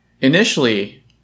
initially